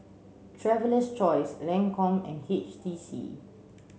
traveler's Choice Lancome and H T C